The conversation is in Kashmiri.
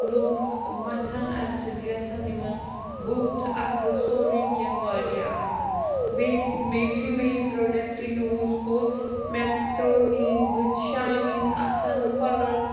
لُک متھَن اَمہِ سۭتۍ گَژھن یِمن بُتھ اَتھٕ سورٕے کیٚنٛہہ وارِیاہ اصٕل بیٚیہِ یُتھٕے مےٚ یہِ پرٛوڈکٹ یوٗز کوٚر مےٚ ترٛوو میٛٲنۍ بٕتھ شایِن اَتھن کھۄرن